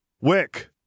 Wick